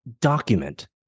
document